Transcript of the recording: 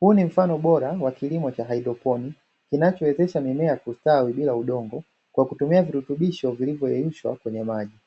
Huu ni mfano bora wa kilimo cha haidroponi kinachowezesha mimea kustawi bila udongo kwa kutumia virutubisho vilivyoyeyushwa kwenye maji.